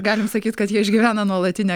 galim sakyt kad jie išgyvena nuolatinę